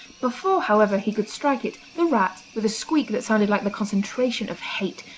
before, however, he could strike it, the rat, with a squeak that sounded like the concentration of hate,